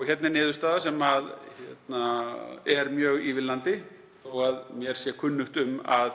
og hér er niðurstaða sem er mjög ívilnandi þó að mér sé kunnugt um að